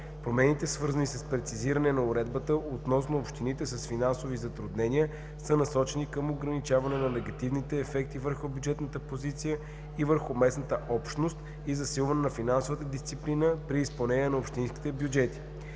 Промените, свързани с прецизиране на уредбата относно общините с финансови затруднения, са насочени към ограничаване на негативните ефекти върху бюджетната позиция и върху местната общност и засилване на финансовата дисциплина при изпълнението на общинските бюджети.